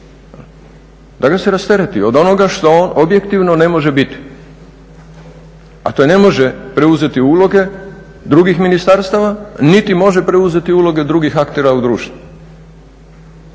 da ga se rastereti od onoga što on objektivno ne može biti, a to je da ne može preuzeti uloge drugih ministarstava niti može preuzeti uloge drugih aktera u društvu.